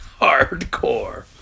Hardcore